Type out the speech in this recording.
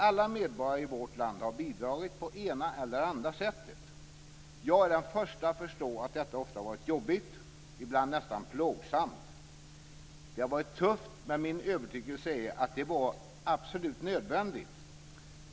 Alla medborgare i vårt land har bidragit, på ena eller andra sättet. Jag är den förste att förstå att detta ofta har varit jobbigt, ibland nästan plågsamt. Det har varit tufft, men min övertygelse är att det var absolut nödvändigt.